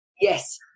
Yes